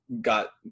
got